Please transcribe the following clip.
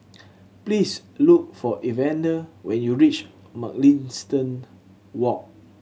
please look for Evander when you reach Mugliston Walk